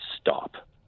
stop